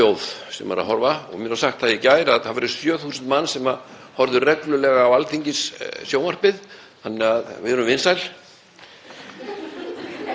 í þingsal.] Ég er með vangaveltur út af frumvarpi Pírata sem Þórhildur Sunna er búin að vera að ræða um hérna í pontunni.